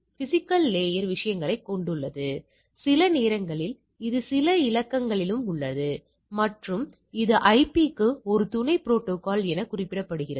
இதைப் பாருங்கள் இது 40 கட்டின்மை கூறுகள் இது கிட்டத்தட்ட ஒரு இயல்நிலைப் பரவல் போல் தெரிகிறது